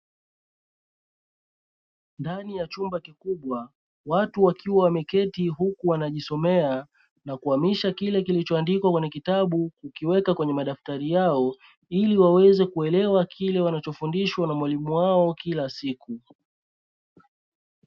Ndani ya chumba kikubwa watu wakiwa wameketi huku wanajisomea na kuhamisha kile kilichoandikwa kwenye kitabu kukiweka kwenye madaftari yao ili waweze kuelewa kile wanachofundishwa na mwalimu wao kila siku.